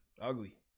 Ugly